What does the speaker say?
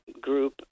group